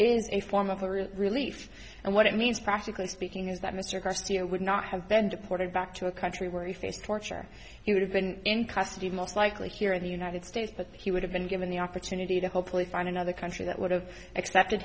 is a form of relief and what it means practically speaking is that mr garcia would not have been deported back to a country where he faced torture he would have been in custody most likely here in the united states but he would have been given the opportunity to hopefully find another country that would have